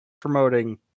promoting